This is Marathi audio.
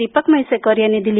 दीपक म्हैसेकर यांनी आज दिली